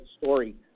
story